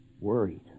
worried